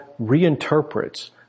reinterprets